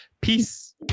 peace